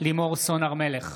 לימור סון הר מלך,